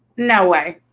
no way.